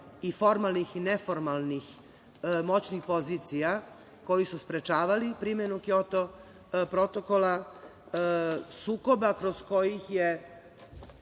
i formalnih i neformalnih moćnih pozicija, koji su sprečavali primenu Kjoto protokola, sukoba kroz koje je